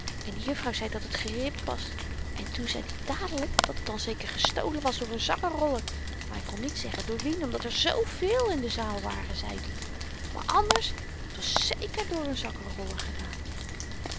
en de juffrouw zei dat het geribd was en toen zeid i dadelyk dat het dan zeker gestolen was door n zakkenroller maar hy kon niet zeggen door wien omdat er zoovéél in de zaal waren zeid i maar anders t was zeker door n zakkenroller gedaan